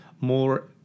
more